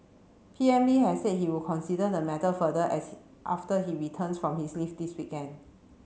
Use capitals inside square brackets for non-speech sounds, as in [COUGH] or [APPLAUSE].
P M Lee has said he would consider the matter further [UNINTELLIGIBLE] after he returns from his leave this weekend